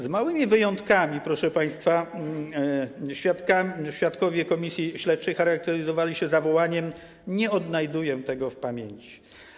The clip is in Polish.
Z małymi wyjątkami, proszę państwa, świadkowie komisji śledczej charakteryzowali się zawołaniem: nie odnajduję tego w pamięci.